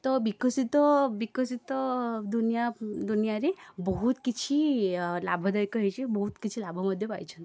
ତ ବିକଶିତ ବିକଶିତ ଦୁନିଆ ଦୁନିଆରେ ବହୁତ କିଛି ଅ ଲାଭଦାୟକ ହେଇଛି ବହୁତ କିଛି ଲାଭ ମଧ୍ୟ ପାଇଛନ୍ତି